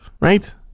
right